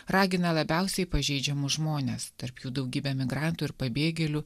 ragina labiausiai pažeidžiamus žmones tarp jų daugybę migrantų ir pabėgėlių